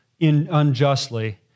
unjustly